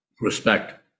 Respect